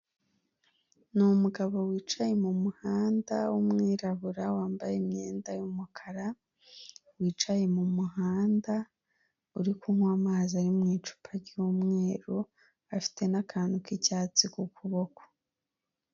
Ni umugabo wicaye mu muhanda w'umwirabura wambaye imyenda y'umukara wicaye mu muhanda, uri kunywa amazi ari mu icupa ry'umweru afite n'akantu k'icyatsi ku kuboko.